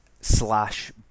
slash